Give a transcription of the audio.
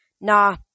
Nah